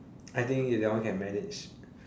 I think that one can manage